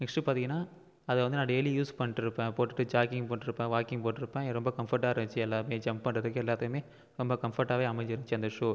next பார்த்தீங்கன்னா அதை வந்து நான் டெய்லி யூஸ் பண்ணிட்டிருப்பேன் போட்டுகிட்டு ஜாக்கிங் போய்டிருப்பேன் வாக்கிங் போய்டிருப்பேன் ரொம்ப கம்ஃபர்ட்டாக இருந்துச்சு எல்லாமே ஜம்ப் பண்றதுக்கு எல்லாத்துக்குமே ரொம்ப கம்ஃபர்ட்டாவே அமைஞ்சிருச்சு அந்த ஷூ